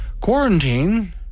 Quarantine